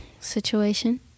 situation